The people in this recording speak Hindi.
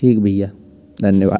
ठीक भईया धन्यवाद